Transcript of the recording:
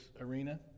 arena